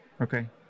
Okay